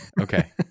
Okay